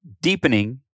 deepening